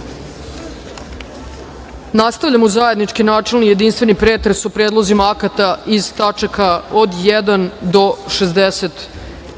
Veselinović. Nastavljamo zajednički načelni jedinstveni pretres o predlozima akata iz tačaka od 1. do 60.